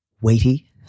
weighty